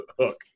hook